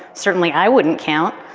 certainly, i wouldn't count.